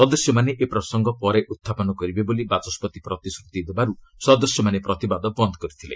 ସଦସ୍ୟମାନେ ଏ ପ୍ରସଙ୍ଗ ପରେ ଉତ୍ଥାପନ କରିବେ ବୋଲି ବାଚସ୍କତି ପ୍ରତିଶ୍ରତି ଦେବାରୁ ସଦସ୍ୟମାନେ ପ୍ରତିବାଦ ବନ୍ଦ୍ କରିଥିଲେ